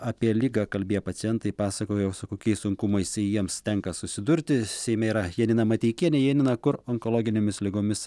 apie ligą kalbėję pacientai pasakojo su kokiais sunkumais jiems tenka susidurti seime yra janina mateikienė janina kur onkologinėmis ligomis